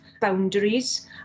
boundaries